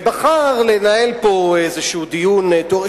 ובחר לנהל פה איזה דיון תיאורטי,